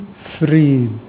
freed